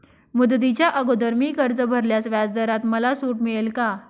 मुदतीच्या अगोदर मी कर्ज भरल्यास व्याजदरात मला सूट मिळेल का?